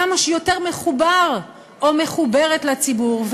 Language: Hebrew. כמה שיותר מחובר או מחוברת לציבור,